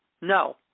No